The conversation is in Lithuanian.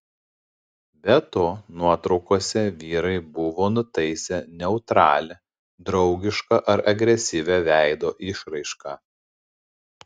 be to nuotraukose vyrai buvo nutaisę neutralią draugišką ar agresyvią veido išraišką